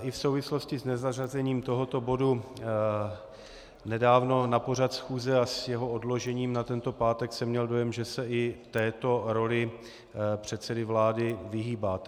I v souvislosti s nezařazením tohoto bodu nedávno na pořad schůze a s jeho odložením na tento pátek jsem měl dojem, že se i této roli předsedy vlády vyhýbáte.